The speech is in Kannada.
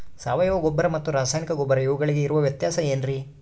ಸಾವಯವ ಗೊಬ್ಬರ ಮತ್ತು ರಾಸಾಯನಿಕ ಗೊಬ್ಬರ ಇವುಗಳಿಗೆ ಇರುವ ವ್ಯತ್ಯಾಸ ಏನ್ರಿ?